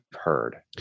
heard